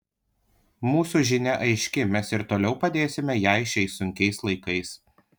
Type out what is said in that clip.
mūsų žinia aiški mes ir toliau padėsime jai šiais sunkiais laikais